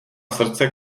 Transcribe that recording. srdce